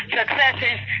successes